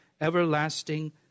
everlasting